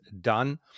done